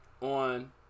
on